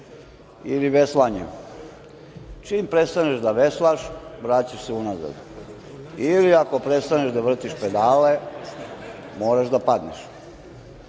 ili veslanje. Čim prestaneš da veslaš, vraćaš se unazad, ili ako prestaneš da vrtiš pedale, moraš da padneš.